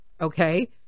Okay